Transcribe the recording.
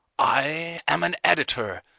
i am an editor,